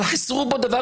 אבל החסירו בו דבר